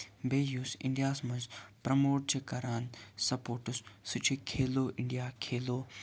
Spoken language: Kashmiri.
بیٚیہِ یُس اِنڈیاہَس منٛز پرٛموٹ چھُ کران سَپوٹٔس سُہ چھُ کھیلو اِنڈیا کھیلو